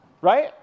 Right